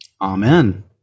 Amen